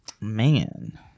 Man